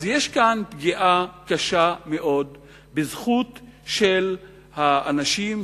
אז יש כאן פגיעה קשה מאוד בזכות של האנשים,